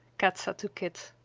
kat said to kit.